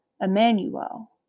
Emmanuel